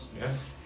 Yes